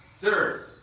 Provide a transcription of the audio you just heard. Third